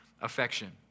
affection